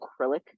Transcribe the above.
acrylic